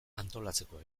antolatzeko